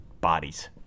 bodies